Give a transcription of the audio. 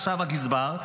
עכשיו הגזבר,